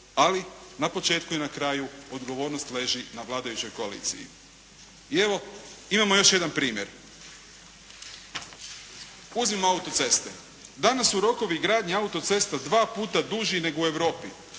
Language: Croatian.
ali na početku i na kraju odgovornost leži na vladajućoj koaliciji. I evo imamo još jedan primjer. Uzmimo autoceste. Danas su rokovi i gradnja autocesta dva puta duži nego u Europi.